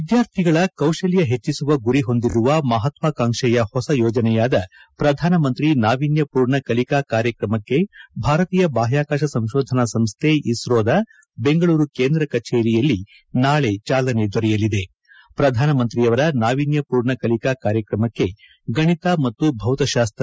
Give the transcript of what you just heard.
ವಿದ್ಯಾರ್ಥಿಗಳ ಕೌಶಲ್ತ ಹೆಚ್ಚಿಸುವ ಗುರಿ ಹೊಂದಿರುವ ಮಪತ್ವಾಕಾಂಕ್ಷೆಯ ಹೊಸ ಯೋಜನೆಯಾದ ಪ್ರಧಾನ ಮಂತ್ರಿ ನಾವೀನ್ಯಮೂರ್ಣ ಕಲಿಕಾ ಕಾರ್ಯಕ್ರಮಕ್ಕೆ ಭಾರತೀಯ ಬಾಹ್ಕಾಕಾಶ ಸಂಶೋಧನಾ ಸಂಶೈ ಇಸೋದ ಬೆಂಗಳೂರು ಕೇಂದ್ರ ಕಚೇರಿಯಲ್ಲಿ ನಾಳೆ ಚಾಲನೆ ದೊರೆಯಲಿದೆ ಪ್ರಧಾನ ಮಂತ್ರಿಯವರ ನಾವಿನ್ಯ ಮೂರ್ಣ ಕಲಿಕಾ ಕಾರ್ಯಕ್ರಮಕ್ಕೆ ಗಣಿತ ಮತ್ತು ಭೌತಾಸ್ತ್ರ